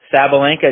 Sabalenka